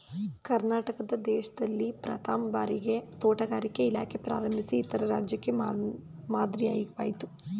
ಕರ್ನಾಟಕ ದೇಶ್ದಲ್ಲೇ ಪ್ರಥಮ್ ಭಾರಿಗೆ ತೋಟಗಾರಿಕೆ ಇಲಾಖೆ ಪ್ರಾರಂಭಿಸಿ ಇತರೆ ರಾಜ್ಯಕ್ಕೆ ಮಾದ್ರಿಯಾಯ್ತು